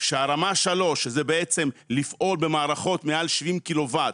שרמה 3 זה בעצם לפעול במערכות מעל 70 קילו-וואט,